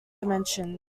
dimensions